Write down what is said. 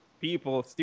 people